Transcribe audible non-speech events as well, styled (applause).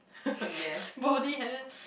(laughs) body hairs